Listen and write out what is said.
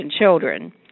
children